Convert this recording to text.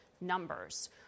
numbers